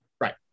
right